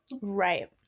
right